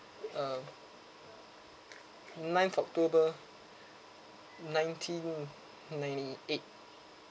uh ninth october nineteen ninety eight